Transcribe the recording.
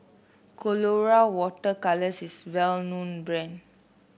Colora Water Colours is well known brand